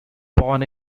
born